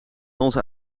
onze